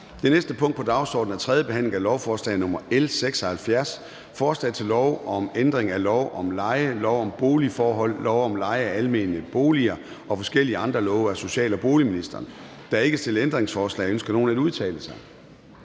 Det næste punkt på dagsordenen er: 3) 3. behandling af lovforslag nr. L 76: Forslag til lov om ændring af lov om leje, lov om boligforhold, lov om leje af almene boliger og forskellige andre love. (Refusion af udlejerens udgifter til månedlige forbrugsmålinger, rettelser